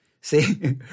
See